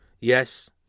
Yes